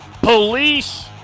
police